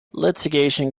litigation